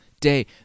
day